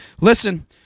listen